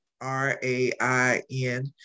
R-A-I-N